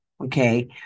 okay